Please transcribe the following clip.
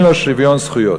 אין לו שוויון זכויות.